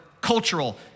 cultural